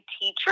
teacher